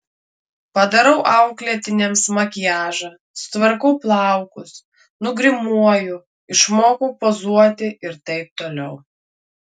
padarau auklėtiniams makiažą sutvarkau plaukus nugrimuoju išmokau pozuoti ir taip toliau